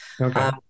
Okay